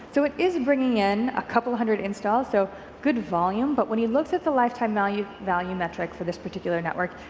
so it is bringing in a couple hundred installs, so good volume, but when he looks at the lifetime value value metric for this particular network,